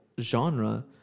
genre